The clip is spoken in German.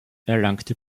erlangte